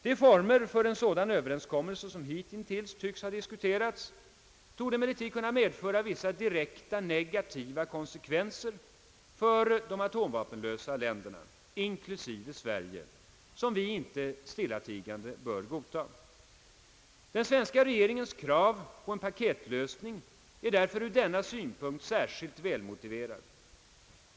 De former för en sådan överenskommelse som hitintills tycks ha diskuterats torde emellertid kunna medföra vissa direkt negativa konsekvenser för de atomvapenlösa länderna, inklusive Sverige, som vi inte stillatigande bör godta. Svenska regeringens krav på en paketlösning är därför ur denna synpunkt särskilt välmotiverat.